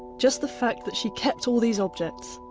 just the fact that she kept all these objects,